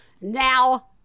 now